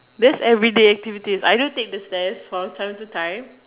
that's everyday activities I do take the stairs from time to time